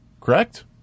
Correct